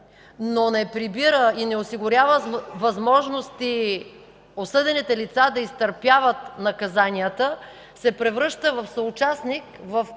но не прибира и не осигурява възможности осъдените лица да изтърпяват наказанията, се превръща в съучастник в престъпления,